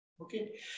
Okay